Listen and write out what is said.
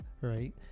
right